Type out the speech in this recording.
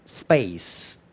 space